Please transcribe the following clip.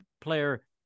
player